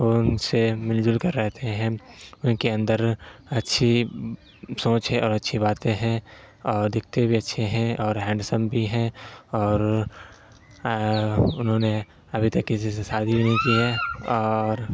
اور ان سے مل جل کر رہتے ہیں ان کے اندر اچھی سونچ ہے اور اچھی باتیں ہیں اور دکھتے بھی اچھے ہیں اور ہینڈسم بھی ہیں اور انہوں نے ابھی تک کسی سے سادی بھی نہیں کی ہے اور